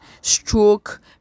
stroke